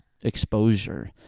exposure